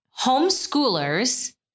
Homeschoolers